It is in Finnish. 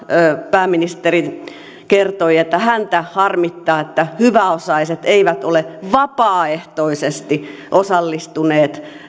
pääministeri kertoi että häntä harmittaa että hyväosaiset eivät ole vapaaehtoisesti osallistuneet